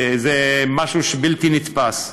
זה משהו בלתי נתפס.